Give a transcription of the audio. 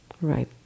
right